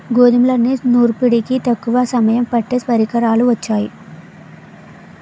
గోధుమల్ని నూర్పిడికి తక్కువ సమయం పట్టే పరికరాలు వొచ్చాయి